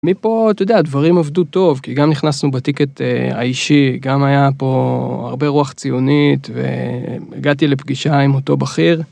מפה, אתה יודע, הדברים עבדו טוב, כי גם נכנסנו בטיקט האישי, גם היה פה הרבה רוח ציונית, והגעתי לפגישה עם אותו בכיר.